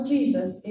Jesus